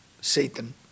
Satan